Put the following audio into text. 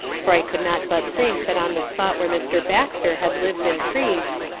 for i could not but think that on the spot where mr. baxter had liv'd, and preach'd,